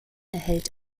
erhält